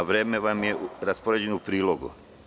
Vreme vam je raspodeljeno u prilogu.